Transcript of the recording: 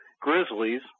Grizzlies